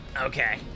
okay